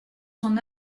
son